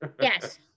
yes